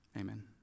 Amen